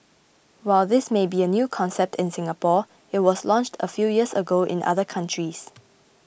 while this may be a new concept in Singapore it was launched a few years ago in other countries